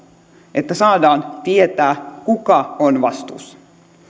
että saadaan tietää kuka on vastuussa